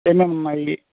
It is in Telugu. ఏమేమి ఉన్నాయి